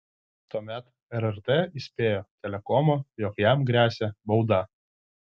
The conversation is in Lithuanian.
tuomet rrt įspėjo telekomą jog jam gresia bauda